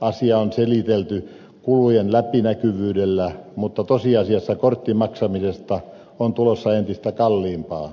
asiaa on selitelty kulujen läpinäkyvyydellä mutta tosiasiassa korttimaksamisesta on tulossa entistä kalliimpaa